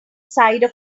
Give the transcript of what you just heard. sides